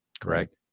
Correct